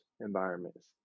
environments